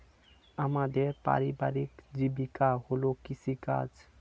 আমাদের পারিবারিক জীবিকা হল কৃষিকাজ